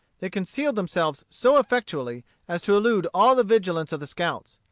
they concealed themselves so effectually as to elude all the vigilance of the scouts.